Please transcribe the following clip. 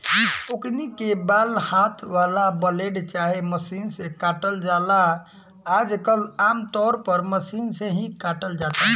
ओकनी के बाल हाथ वाला ब्लेड चाहे मशीन से काटल जाला आजकल आमतौर पर मशीन से ही काटल जाता